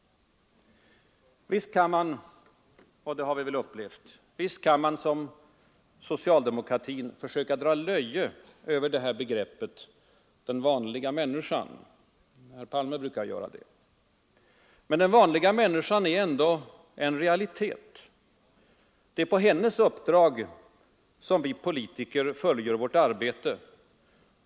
Visst kan man — och det har vi väl upplevt — som socialdemokratin försöka dra löje över begreppet den vanliga människan. Herr Palme brukar göra det. Men den vanliga människan är ändå en realitet. Det är på hennes uppdrag vi politiker fullgör vårt arbete.